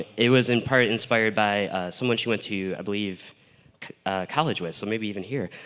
it was in part inspired by someone she went to i believe college with, so maybe even here.